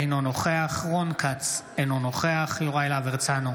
אינו נוכח רון כץ, אינו נוכח יוראי להב הרצנו,